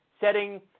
setting